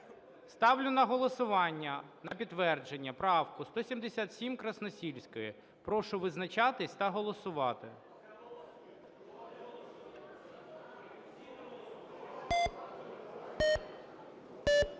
Ставлю на голосування на підтвердження правку 177 Красносільської. Прошу визначатися та голосувати.